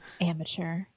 Amateur